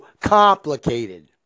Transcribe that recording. complicated